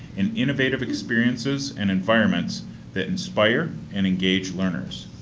and innovative experiences and environments that inspire and engage learners.